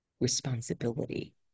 responsibility